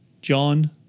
John